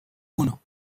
uno